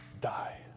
die